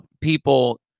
people